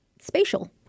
spatial